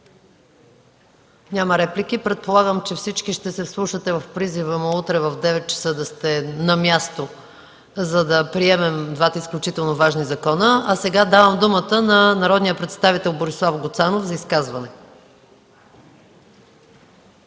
Няма. Предполагам, че всички ще се вслушате в призива му утре в 9,00 ч. да сте на място, за да приемем двата изключително важни закона. Давам думата на народния представител Борислав Гуцанов за изказване.